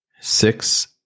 six